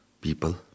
people